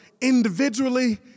individually